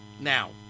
now